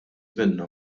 minnha